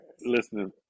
listening